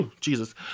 Jesus